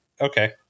okay